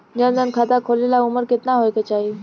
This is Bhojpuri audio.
जन धन खाता खोले ला उमर केतना होए के चाही?